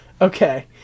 okay